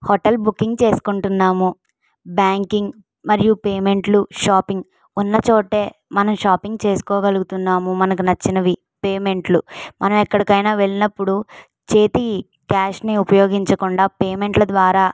hotel booking చేసుకుంటున్నాము banking మరియు పేమెంట్లు షాపింగ్ ఉన్నచోట మనం షాపింగ్ చేసుకోగలుగుతున్నాము మనకు నచ్చినవి పేమెంట్లు మనం ఎక్కడికైనా వెళ్ళినప్పుడు చేతి క్యాష్ని ఉపయోగించకుండా పేమెంట్ల ద్వారా